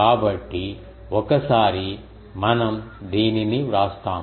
కాబట్టి ఒకసారి మనం దీనిని వ్రాస్తాము